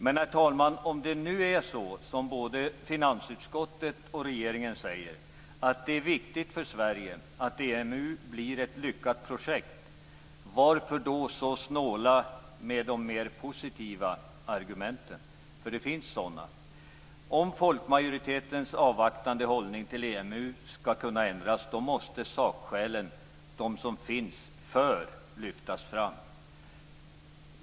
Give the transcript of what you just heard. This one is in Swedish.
Men, herr talman, om det nu är så som både finansutskottet och regeringen säger, att det är viktigt för Sverige att EMU blir ett lyckat projekt, varför då snåla så med de mer positiva argumenten? För det finns sådana. Om folkmajoritetens avvaktande hållning till EMU skall kunna ändras, måste sakskälen för lyftas fram.